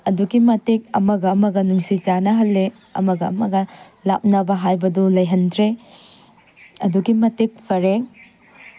ꯑꯗꯨꯛꯀꯤ ꯃꯇꯤꯛ ꯑꯃꯒ ꯑꯃꯒ ꯅꯨꯡꯁꯤ ꯆꯥꯟꯅꯍꯟꯂꯦ ꯑꯃꯒ ꯑꯃꯒ ꯂꯥꯞꯅꯕ ꯍꯥꯏꯕꯗꯨ ꯂꯩꯍꯟꯗ꯭ꯔꯦ ꯑꯗꯨꯛꯀꯤ ꯃꯇꯤꯛ ꯐꯔꯦ